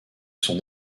son